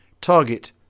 Target